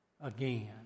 Again